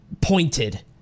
pointed